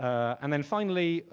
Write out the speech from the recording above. and then finally,